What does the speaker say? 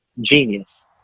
Genius